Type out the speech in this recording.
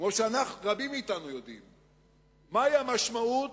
כמו שרבים מאתנו יודעים, מהי המשמעות